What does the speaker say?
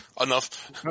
Enough